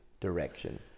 direction